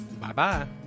Bye-bye